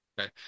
Okay